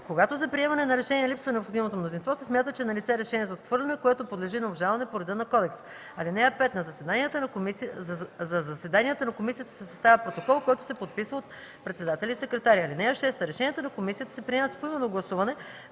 Когато за приемане на решение липсва необходимото мнозинство, се смята, че е налице решение за отхвърляне, което подлежи на обжалване по реда на кодекса. (5) За заседанията на комисията се съставя протокол, който се подписва от председателя и секретаря. (6) Решенията на комисията се приемат с поименно гласуване,